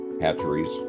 hatcheries